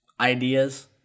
ideas